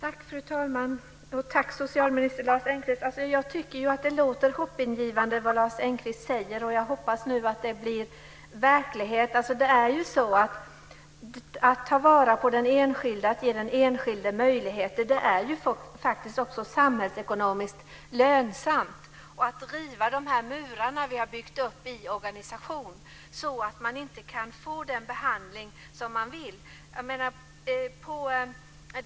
Fru talman! Tack, socialminister Lars Engqvist! Jag tycker att det Lars Engqvist säger låter hoppingivande, och jag hoppas att det nu blir verklighet. Att ta vara på den enskilde och ge den enskilde möjligheter är ju faktiskt också samhällsekonomiskt lönsamt, liksom att riva de murar vi har byggt upp i organisationen så att man inte kan få den behandling som man vill.